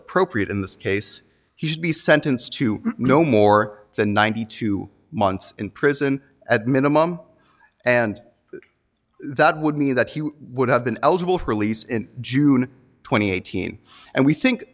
appropriate in this case he should be sentenced to no more than ninety two months in prison at minimum and that would mean that he would have been eligible for release in june twenty eighth scene and we think